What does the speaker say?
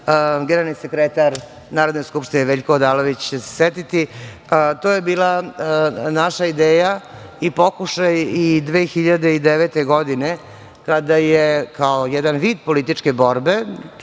Generalni sekretar Narodne skupštine Veljko Odalović će se setiti, to je bila naša ideja i pokušaj i 2009. godine, kada je kao jedan vid političke borbe,